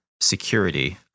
security